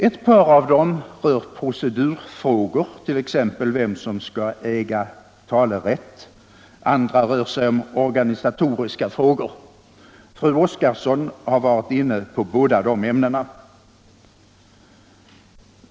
Ett par av dem rör procedurfrågor, t.ex. vem som skall äga talerätt, andra rör sig om organisatoriska frågor. Fru Oskarsson har varit inne på båda de ämnena.